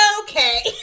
Okay